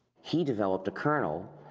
he developed a kernel,